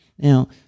Now